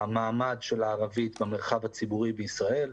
המעמד של הערבית במרחב הציבורי בישראל.